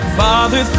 father